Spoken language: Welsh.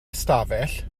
ystafell